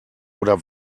oder